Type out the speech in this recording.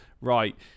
right